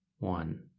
One